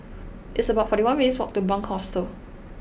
it's about forty one minutes' walk to Bunc Hostel